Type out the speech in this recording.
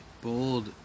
bold